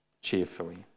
cheerfully